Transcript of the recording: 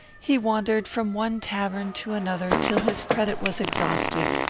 he wandered from one tavern to another till his credit was exhausted,